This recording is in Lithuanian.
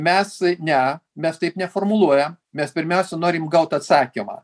mes ne mes taip neformuluoja mes pirmiausia norim gaut atsakymą